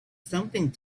something